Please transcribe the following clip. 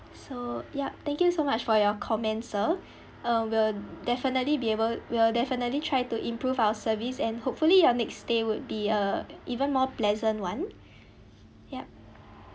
so yup thank you so much for your comment sir um we'll definitely be able we'll definitely try to improve our service and hopefully your next stay would be a even more pleasant one yup